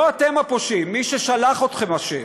לא אתם הפושעים, מי ששלח אתכם אשם,